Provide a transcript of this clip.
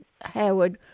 Howard